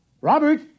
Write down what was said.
Robert